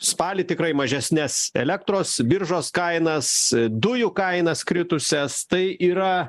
spalį tikrai mažesnes elektros biržos kainas dujų kainas kritusias tai yra